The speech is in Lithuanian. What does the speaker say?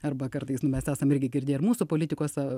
arba kartais mes esam irgi girdėję ir mūsų politikos